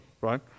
right